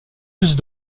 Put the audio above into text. plus